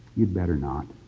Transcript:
you better not!